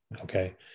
Okay